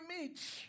meet